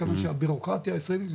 מכיוון שהבירוקרטיה הישראלית,